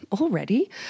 already